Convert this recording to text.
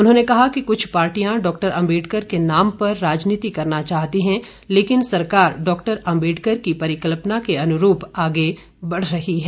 उन्होंने कहा कि कुछ पार्टियां डॉक्टर अम्बेडकर के नाम पर राजनीति करना चाहती हैं लेकिन सरकार डॉक्टर अम्बेडकर की परिकल्पना के अनुरूप आगे बढ़ रही है